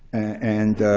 and